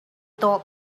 told